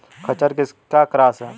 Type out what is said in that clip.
खच्चर किसका क्रास है?